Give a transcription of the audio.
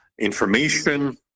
information